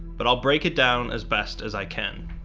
but i'll break it down as best as i can.